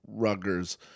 ruggers